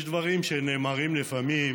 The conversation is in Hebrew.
יש דברים שנאמרים לפעמים